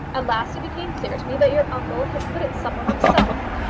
at last it became clear to me that your uncle had put it somewhere himself.